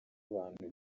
abantu